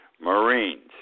Marines